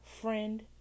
friend